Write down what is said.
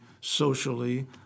socially